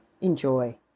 Enjoy